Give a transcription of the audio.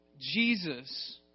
Jesus